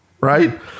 Right